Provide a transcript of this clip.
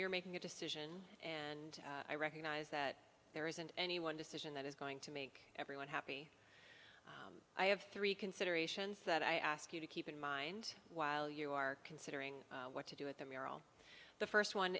you're making a decision and i recognize that there isn't any one decision that is going to make everyone happy i have three considerations that i ask you to keep in mind while you are considering what to do with the mural the first one